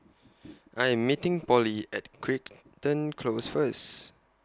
I Am meeting Polly At Cric hton Close First